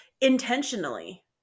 intentionally